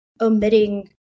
omitting